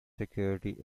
security